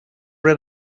read